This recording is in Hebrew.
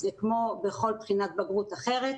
זה כמו בכל בחינת בגרות אחרת,